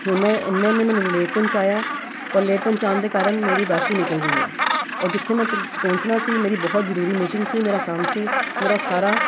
ਹੁਣ ਮੈਂ ਇਨੇ ਇਹਨੇ ਮੈਨੂੰ ਲੇਟ ਪਹੁੰਚਾਇਆ ਔਰ ਲੇਟ ਪਹੁੰਚਾਉਣ ਦੇ ਕਾਰਨ ਮੇਰੀ ਬੱਸ ਵੀ ਨਿਕਲ ਗਈ ਹੈ ਔਰ ਜਿੱਥੇ ਮੈਂ ਟਿ ਪਹੁੰਚਣਾ ਸੀ ਮੇਰੀ ਬਹੁਤ ਜ਼ਰੂਰੀ ਮੀਟਿੰਗ ਸੀ ਮੇਰਾ ਕੰਮ ਸੀ ਮੇਰਾ ਉਹ ਸਾਰਾ